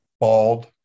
bald